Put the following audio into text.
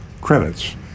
credits